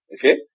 Okay